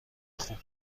خوب